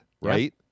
right